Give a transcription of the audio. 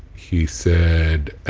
he said,